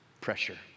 pressure